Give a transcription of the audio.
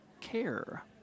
care